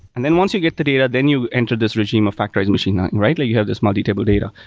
and then once you get the data, then you enter this regime of factorized machine learning, right? like you have this multi table data.